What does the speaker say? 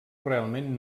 realment